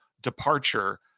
departure